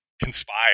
conspire